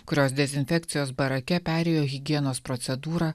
kurios dezinfekcijos barake perėjo higienos procedūrą